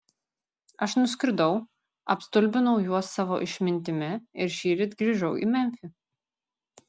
aš nuskridau apstulbinau juos savo išmintimi ir šįryt grįžau į memfį